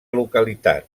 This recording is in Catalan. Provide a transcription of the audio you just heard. localitat